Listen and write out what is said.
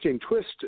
twist